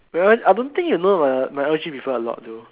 well I don't think you know my my o_g people a lot though